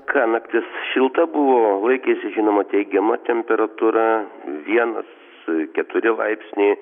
ką naktis šilta buvo laikėsi žinoma teigiama temperatūra vienas keturi laipsniai